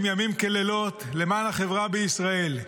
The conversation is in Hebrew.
שעושים ימים ולילות למען החברה בישראל.